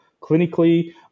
Clinically